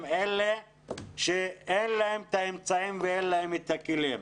אלה שאין להם את האמצעים ואין להם את הכלים.